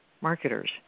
marketers